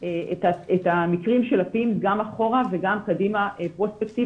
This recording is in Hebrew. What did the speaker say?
על המקרים של ה- pims גם אחורה וגם קדימה כדי